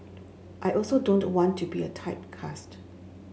I also don't want to be a typecast